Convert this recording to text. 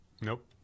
nope